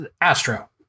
astro